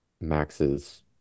Max's